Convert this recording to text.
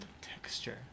texture